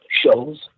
shows